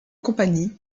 compagnies